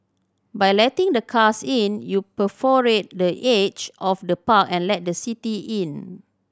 by letting the cars in you perforate the edge of the park and let the city in